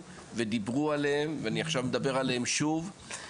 ודיברו עליהם ואני עכשיו מדבר עליהם שוב.